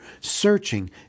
searching